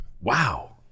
Wow